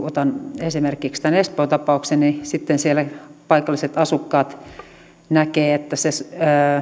otan taas esimerkiksi tämän espoo tapauksen eli siellä paikalliset asukkaat näkevät että se